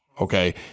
Okay